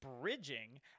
bridging